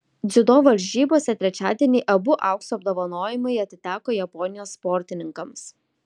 dziudo varžybose trečiadienį abu aukso apdovanojimai atiteko japonijos sportininkams